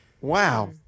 Wow